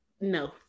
no